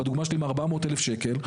בדוגמא שלי עם ה-400,000 שקל.